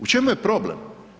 U čemu je problem?